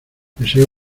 deseo